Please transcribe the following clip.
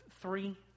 three